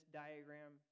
diagram